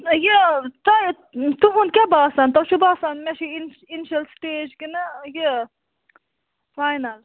یہِ تۄہہِ تُہُنٛد کیٛاہ باسان تۄہہِ چھُو باسان مےٚ چھُ اِن اِنشَل سِٹیج کِنہ یہِ فاینَل